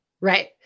Right